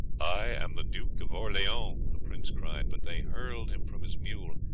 i am the duke of orleans the prince cried but they hurled him from his mule,